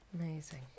Amazing